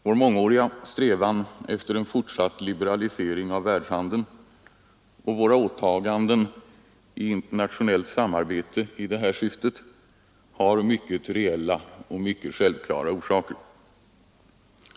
Vår mångåriga strävan efter en fortsatt liberalisering av världshandeln och våra åtaganden i internationellt samarbete i detta syfte har mycket reella och självklara orsaker.